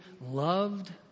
loved